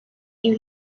you